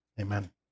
amen